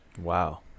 Wow